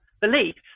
beliefs